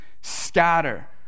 scatter